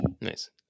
Nice